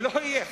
שלא יהיה.